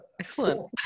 Excellent